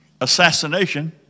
assassination